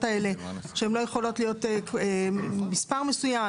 האלה שהן לא יכולות להיות מספר מסוים,